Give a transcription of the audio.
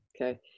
Okay